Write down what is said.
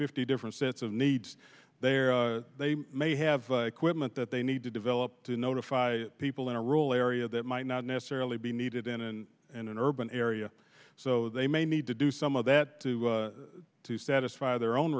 fifty different sets of needs there they may have quit meant that they need to develop to notify people in a rural area that might not necessarily be needed in an urban area so they may need to do some of that too to satisfy their own